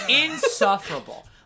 insufferable